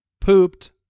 pooped